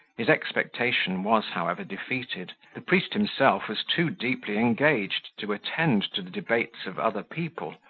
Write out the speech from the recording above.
his expectation was, however, defeated the priest himself was too deeply engaged to attend to the debates of other people.